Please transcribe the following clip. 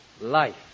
life